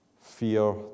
fear